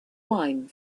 wine